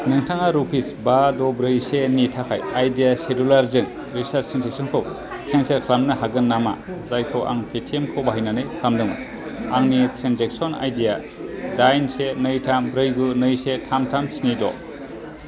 नोंथाङा रुपिस बा द ब्रै सेनि थाखाय आइडिया सेलुलार जों रिचार्ज ट्रेन्जेकसन खौ केनसेल खालामनो हागोन नामा जायखौ आं पेटिएम खौ बाहायनानै खालामदोंमोन आंनि ट्रेन्जेकसन आइडि आ दाइन से नै थाम ब्रै गु नै से थाम थाम स्नि द